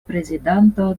prezidanto